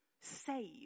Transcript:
save